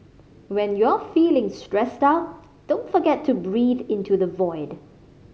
when you are feeling stressed out don't forget to breathe into the void